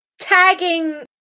tagging